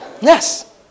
Yes